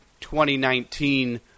2019